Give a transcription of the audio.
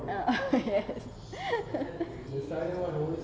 ah yes